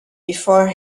before